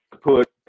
put